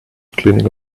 cleaning